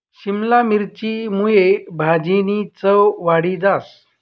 शिमला मिरची मुये भाजीनी चव वाढी जास